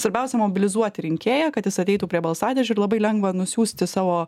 svarbiausia mobilizuoti rinkėją kad jis ateitų prie balsadėžių ir labai lengva nusiųsti savo